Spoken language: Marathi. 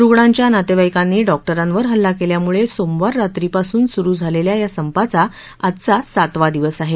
रुग्णांच्या नातेवाईकांनी डॉक्टरांवर हल्ला केल्यामुळे सोमवार रात्रीपासून सुरु झालेल्या या संपाचा आजचा सातवा दिवस आहे